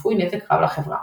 צפוי נזק רב לחברה,